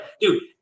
dude